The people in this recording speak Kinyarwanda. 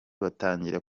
batangira